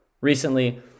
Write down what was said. Recently